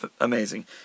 amazing